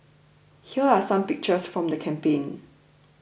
here are some pictures from the campaign